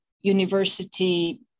university